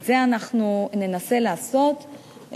את זה ננסה לעשות,